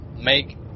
make